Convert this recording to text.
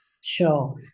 Sure